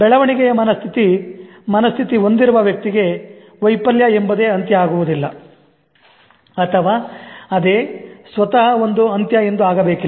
ಬೆಳವಣಿಗೆಯ ಮನಸ್ಥಿತಿ ಮನಸ್ಥಿತಿ ಹೊಂದಿರುವ ವ್ಯಕ್ತಿಗೆ ವೈಫಲ್ಯ ಎಂಬುದೇ ಅಂತ್ಯ ಆಗುವುದಿಲ್ಲ ಅಥವಾ ಅದೇ ಸ್ವತಹ ಒಂದು ಅಂತ್ಯ ಎಂದು ಆಗಬೇಕಿಲ್ಲ